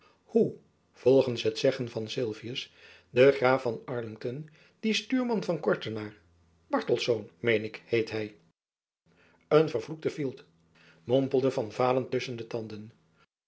hoe volgends het zeggen van sylvius de graaf van arlington dien stuurman van kortenaar bartelsz meen ik heet hy een vervloekte fielt mompelde van vaalen tusschen de tanden